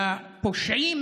לפושעים